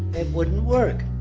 it wouldn't work.